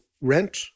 rent